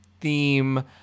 theme